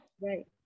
Right